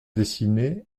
dessinée